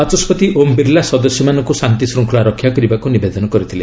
ବାଚସ୍କତି ଓମ୍ ବିର୍ଲା ସଦସ୍ୟମାନଙ୍କୁ ଶାନ୍ତି ଶୃଙ୍ଖଳା ରକ୍ଷା କରିବାକୁ ନିବେଦନ କରିଥିଲେ